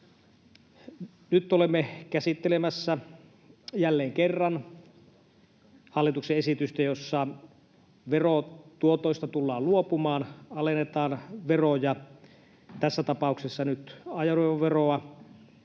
Nyt olemme käsittelemässä jälleen kerran hallituksen esitystä, jossa verotuotoista tullaan luopumaan, alennetaan veroja, tässä tapauksessa nyt ajoneuvoveroa.